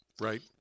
Right